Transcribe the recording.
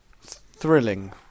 Thrilling